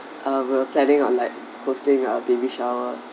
uh we're planning on like hosting a baby shower